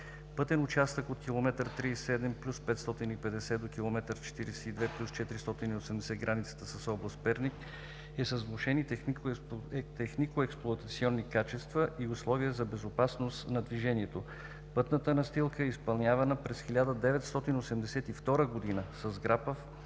Пътен участък от километър 37+550 до километър 42+480 – границата с област Перник, е с влошени техникоексплоатационни качества и условия за безопасност на движението. Пътната настилка е изпълнявана през 1982 г., с грапав